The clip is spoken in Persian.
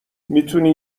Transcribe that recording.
میتونی